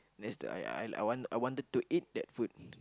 that's the I I I I wanted to eat that food